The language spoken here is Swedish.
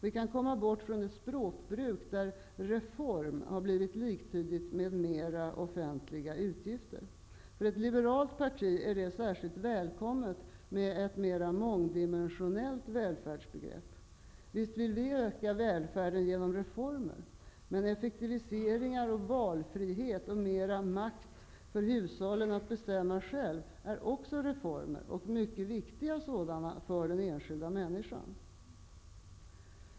Vi kan komma bort från ett språkbruk där ''reform'' blivit liktydigt med ökade offentliga utgifter. För ett liberalt parti är det särskilt välkommet med ett mera mångdimensionellt välfärdsbegrepp. Visst vill vi öka välfärden genom reformer, men effektivisering, valfrihet och mera makt för hushållen är också reformer och mycket viktiga sådana för den enskilda människan.